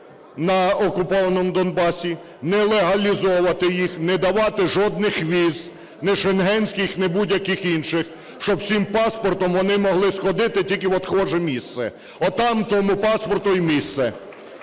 на окупованому Донбасі, не легалізовувати їх, не давати жодних віз – ні шенгенських, не будь-яких інших, щоб з цим паспортом вони могли сходити тільки в отхоже місце. Отам тому паспорту і місце.